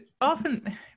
often